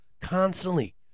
constantly